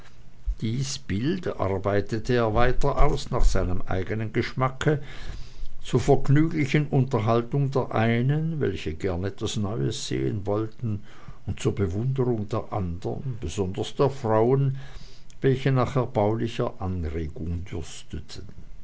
dies bild arbeitete er weiter aus nach seinem eigenen geschmacke zur vergnüglichen unterhaltung der einen welche gern etwas neues sehen wollten und zur bewunderung der anderen besonders der frauen welche nach erbaulicher anregung dürsteten